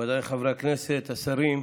מכובדיי חברי הכנסת, השרים,